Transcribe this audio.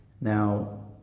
Now